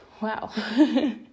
wow